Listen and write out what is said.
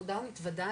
מודה ומתוודה,